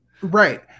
right